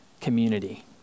community